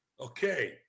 Okay